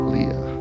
Leah